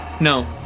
No